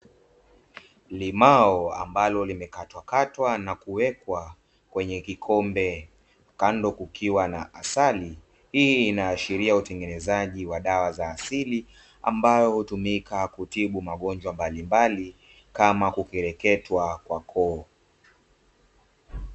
Limao ambalo limekatwakatwa na kuwekwa kwenye kikombe, kando kukiwa na asali; hii inaashiria utengenezaji wa dawa za asili ambayo hutumika kutibu magonjwa mbalimbali, kama kukereketwa kwa koo.